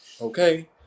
Okay